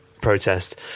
Protest